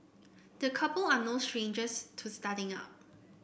the couple are no strangers to starting up